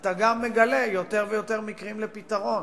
אתה גם מגלה יותר ויותר מקרים לפתרון.